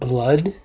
blood